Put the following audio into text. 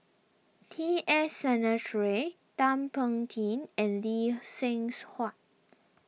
T S Sinnathuray Thum Ping Tjin and Lee Seng's Huat